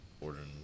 ordering